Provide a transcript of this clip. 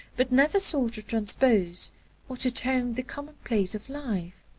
but never sought to transpose or to tone the commonplace of life.